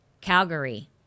Calgary